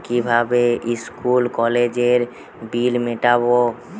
কিভাবে স্কুল কলেজের বিল মিটাব?